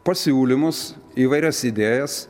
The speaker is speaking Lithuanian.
pasiūlymus įvairias idėjas